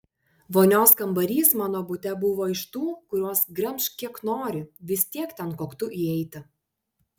vonios kambarys mano bute buvo iš tų kuriuos gremžk kiek nori vis tiek ten koktu įeiti